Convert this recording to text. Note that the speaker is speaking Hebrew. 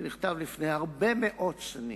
שנכתב לפני הרבה מאוד שנים,